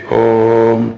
om